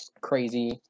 crazy